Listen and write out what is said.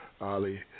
Ali